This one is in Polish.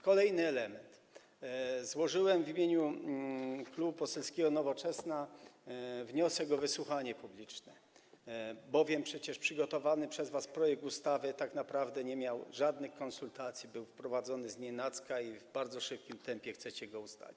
Kolejny element, złożyłem w imieniu Klubu Poselskiego Nowoczesna wniosek o wysłuchanie publiczne, bo przecież przygotowany przez was projekt ustawy tak naprawdę nie miał żadnych konsultacji, był wprowadzony znienacka i w bardzo szybkim tempie chcecie go uchwalić.